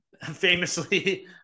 famously